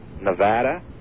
Nevada